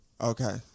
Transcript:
Okay